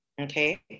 Okay